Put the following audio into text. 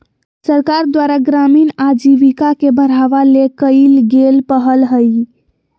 सरकार द्वारा ग्रामीण आजीविका के बढ़ावा ले कइल गेल पहल हइ